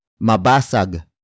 Mabasag